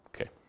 Okay